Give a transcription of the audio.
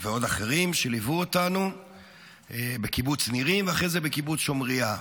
ועוד אחרים שליוו אותנו בקיבוץ נירים ואחרי זה בקיבוץ שומריה.